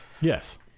Yes